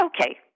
okay